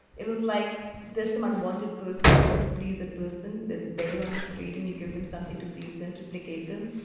it was like there's some unwanted person and you want to please that person. this beggar on the street. and you give them something to please them, to placate them.